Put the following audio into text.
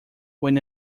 when